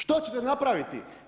Što ćete napraviti?